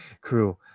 crew